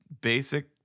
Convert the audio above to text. basic